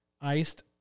iced